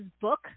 book